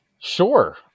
Sure